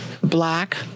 Black